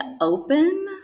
open